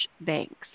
banks